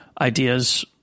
ideas